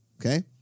Okay